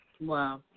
Wow